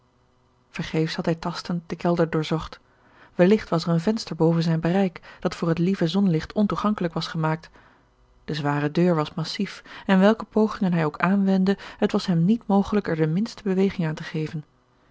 vergeefs had hij tastend den kelder doorzocht welligt was er een venster boven zijn bereik dat voor het lieve zonlicht ontoegankelijk george een ongeluksvogel was gemaakt de zware deur was massief en welke pogingen hij ook aanwendde het was hem niet mogelijk er de minste beweging aan te geven